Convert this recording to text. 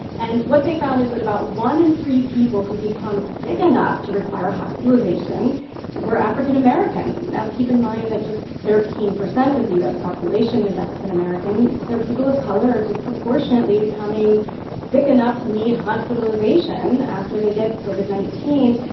and what they found is that about one in three people who become sick enough to require hospitalization were african american. now, keep in mind that just thirteen percent of the u s. population is african american. so people of color are disproportionately becoming sick enough to need hospitalization after they get covid nineteen.